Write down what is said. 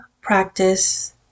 practice